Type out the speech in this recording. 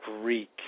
Greek